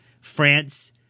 france